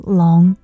long